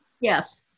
Yes